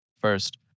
first